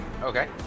Okay